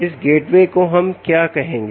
इस गेटवे को हम क्या कहेंगे